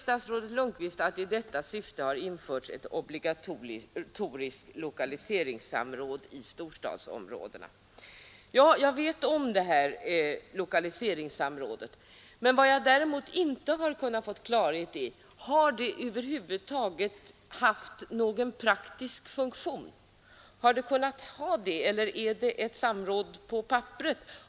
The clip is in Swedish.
Statsrådet Lundkvist säger: ”I detta syfte har införts ett obligatoriskt lokaliseringssamråd i storstadsområdena.” Jag är medveten om det här lokaliseringssamrådet, men vad jag däremot inte har kunnat få klarhet i är om det över huvud taget har haft någon praktisk funktion eller om det är ett samråd på papperet.